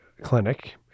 clinic